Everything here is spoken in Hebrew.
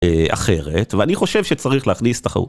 אחרת ואני חושב שצריך להכניס תחרות